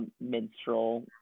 minstrel